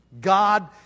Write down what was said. God